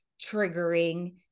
triggering